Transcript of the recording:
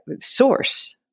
source